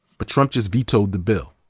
but trump just vetoed the bill.